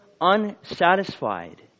unsatisfied